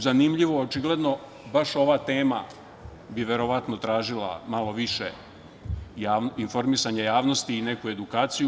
Zanimljivo, očigledno baš ova tema bi verovatno tražila malo više informisanja javnosti i neku edukaciju.